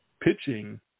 pitching